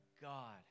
God